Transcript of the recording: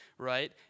right